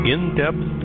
In-depth